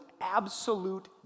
absolute